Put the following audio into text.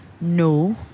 No